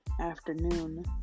afternoon